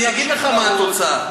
אני אגיד לך מה התוצאה.